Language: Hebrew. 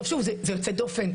שוב, זה יוצא דופן.